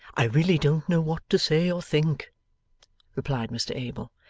i really don't know what to say or think replied mr abel.